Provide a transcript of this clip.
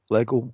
Lego